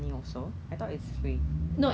I I should have take photo